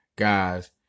Guys